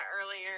earlier